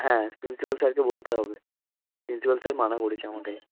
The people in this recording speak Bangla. হ্যাঁ প্রিন্সিপ্যাল স্যারকে বলতে হবে প্রিন্সিপ্যাল স্যার মানা করেছে আমাকে